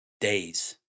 days